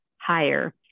higher